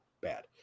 bad